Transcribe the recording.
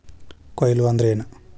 ಕೊಯ್ಲು ಅಂದ್ರ ಏನ್?